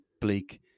bleak